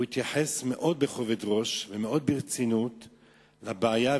הוא התייחס מאוד בכובד ראש ומאוד ברצינות לבעיה,